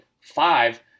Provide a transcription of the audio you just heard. five